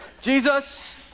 Jesus